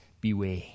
beware